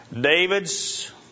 David's